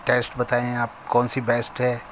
test بتائیں آپ کون سی بیسٹ ہے